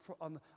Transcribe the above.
on